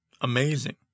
Amazing